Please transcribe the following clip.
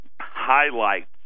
highlights